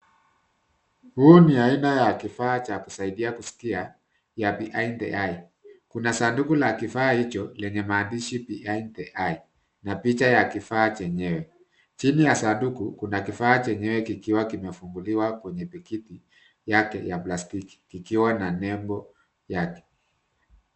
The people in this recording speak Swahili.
Huu ni aina ya kifaa cha kusaidia kusikia, ya behind the eye . Kuna sanduku la kifaa hicho, lenye maandishi behind the eye na picha ya kifaa chenyewe. Chini ya sanduku, kuna kifaa chenyewe kikiwa kimefunguliwa kwenye pakiti yake ya plastiki, kikiwa na nembo yake.